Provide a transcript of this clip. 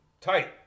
Tight